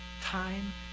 time